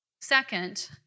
Second